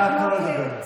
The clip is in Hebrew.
תנו לה לדבר.